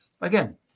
again